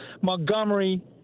Montgomery